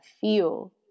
feel